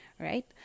Right